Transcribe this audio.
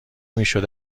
میشد